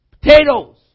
potatoes